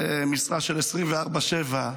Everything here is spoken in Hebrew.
במשרה של 24/7,